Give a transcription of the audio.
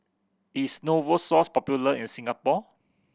is Novosource popular in Singapore